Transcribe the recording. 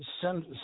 send